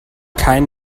kein